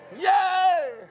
Yay